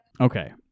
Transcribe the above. Okay